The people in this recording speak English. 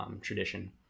tradition